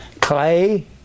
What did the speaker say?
clay